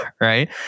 right